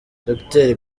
docteur